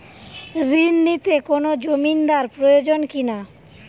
ঋণ নিতে কোনো জমিন্দার প্রয়োজন কি না?